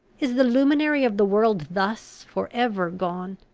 is the luminary of the world thus for ever gone?